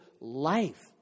Life